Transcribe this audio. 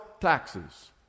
taxes